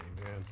Amen